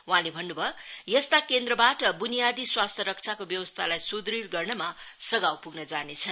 वहाँले भन्न् भयो यस्ता केन्द्रबाट बुनियादी स्वास्थ्य रक्षाको व्यवस्थालाई सुदृङ गर्नमा सघाउ पुग्न जानेछ